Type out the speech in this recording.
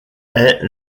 est